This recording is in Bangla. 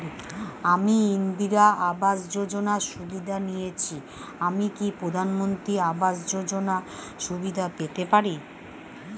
আমি ইন্দিরা আবাস যোজনার সুবিধা নেয়েছি আমি কি প্রধানমন্ত্রী আবাস যোজনা সুবিধা পেতে পারি?